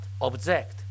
object